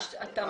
יש התאמה?